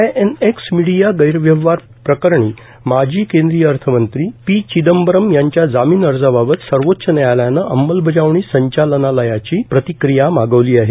INX media गैरव्यवहार प्रकरणी माजी केंद्रीय अर्थमंत्री पी चिदंबरम यांच्या जामीनअर्जाबाबत सर्वोच्च न्यायालयानं अंमलबजावणी संचालनालयाची प्रतिक्रिया मागवली आहे